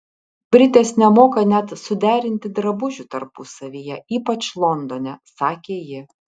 britės nemoka net suderinti drabužių tarpusavyje ypač londone sakė ji